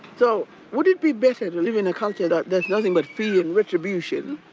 so would it be better to live in a culture that. there's nothing but fear and retribution,